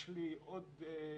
אני